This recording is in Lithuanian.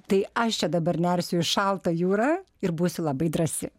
tai aš čia dabar nersiu į šaltą jūrą ir būsiu labai drąsi